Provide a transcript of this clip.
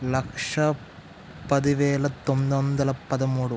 లక్ష పదివేల తొమ్మిది వందల పదమూడు